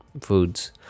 foods